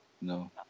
No